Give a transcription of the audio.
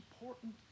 important